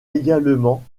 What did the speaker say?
également